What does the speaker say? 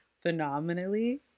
phenomenally